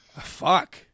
Fuck